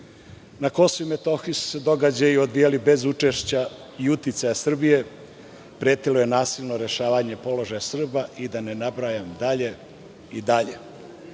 Kosovu i Metohiji su se događaji odvijali bez učešća i uticaja Srbije, pretilo je nasilno rešavanje položaja Srba, i da ne nabrajam dalje, i dalje. Posle